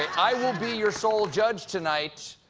i will be your sole judge tonight.